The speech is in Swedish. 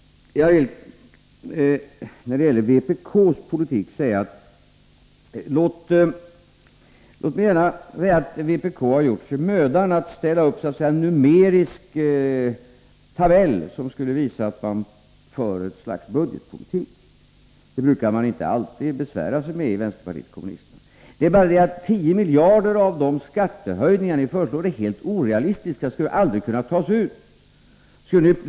Vpk har gjort sig mödan att ställa upp en numerisk tabell som visar att man för ett slags budgetpolitik. Det brukar inte alltid vpk besvära sig med. Det är bara det att 10 miljarder kronor av de skattehöjningar ni föreslår är helt orealistiska och aldrig kan tas ut.